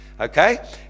Okay